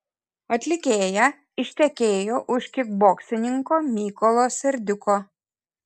atlikėja ištekėjo už kikboksininko mykolo serdiuko